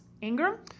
Ingram